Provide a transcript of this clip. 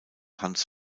hans